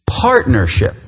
partnership